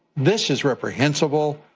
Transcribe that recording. this is reprehensible.